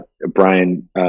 Brian